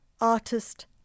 artist